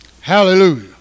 Hallelujah